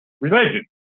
religion